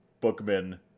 Bookman